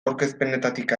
aurkezpenetatik